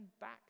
back